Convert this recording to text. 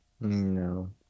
No